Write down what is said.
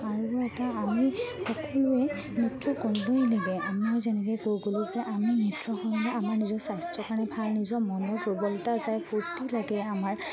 আৰু এটা আমি সকলোৱে নৃত্য কৰিবই লাগে আমি যেনেকৈ কৈ গ'লোঁ যে আমি নৃত্যসমূহ আমাৰ নিজৰ স্বাস্থ্য কাৰণে ভাল নিজৰ মনত দূৰ্বলতা যায় ফূৰ্তি লাগে আমাৰ